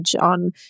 on